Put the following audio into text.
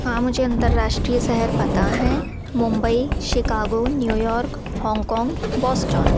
हाँ मुझे अंतर्राष्ट्रीय शेहर पता है Mumbai Chicago new york hong kong Boston